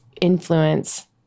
influence